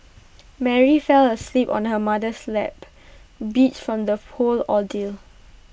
Mary fell asleep on her mother's lap beat from the whole ordeal